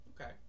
Okay